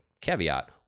caveat